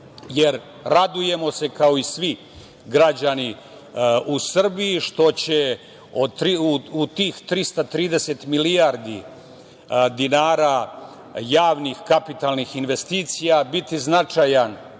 jer radujemo se, kao i svi građani u Srbiji, što će u tih 330 milijardi dinara javnih kapitalnih investicija biti značajan